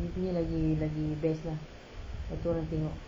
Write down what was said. dia punya lagi lagi best lah sebab tu orang tengok